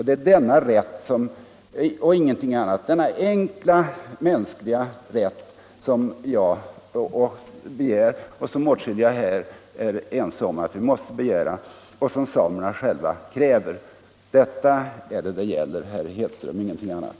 Det är denna enkla mänskliga rätt som jag begär och som åtskilliga här är ense om att vi måste begära — och som samerna själva kräver. Det är detta det gäller, herr Hedström, ingenting annat.